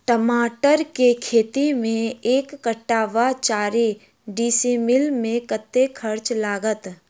टमाटर केँ खेती मे एक कट्ठा वा चारि डीसमील मे कतेक खर्च लागत?